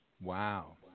Wow